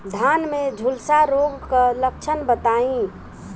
धान में झुलसा रोग क लक्षण बताई?